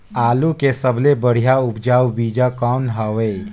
आलू के सबले बढ़िया उपजाऊ बीजा कौन हवय?